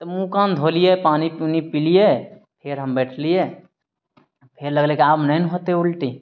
तऽ मुहँ कान धोलियै पानि पुनी पीलियै फेर हम बैठलियै फेर लगलय की आब नहि ने होतय उल्टी